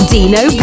Dino